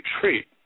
treat